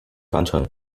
方程